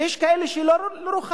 יש כאלה שזה לא לרוחם,